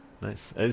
nice